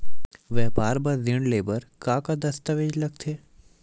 व्यापार बर ऋण ले बर का का दस्तावेज लगथे?